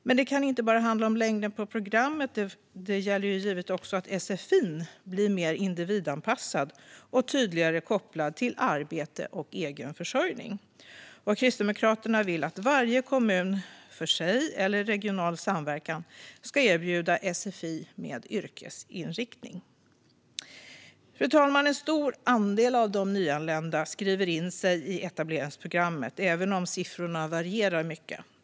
Men det kan inte bara handla om längden på programmet, utan det gäller givetvis också att sfi:n blir mer individanpassad och tydligare kopplad till arbete och egen försörjning. Kristdemokraterna vill att varje kommun för sig eller genom regional samverkan ska erbjuda sfi med yrkesinriktning. Fru talman! En stor andel av de nyanlända skriver in sig i etableringsprogrammet, även om siffrorna varierar mycket.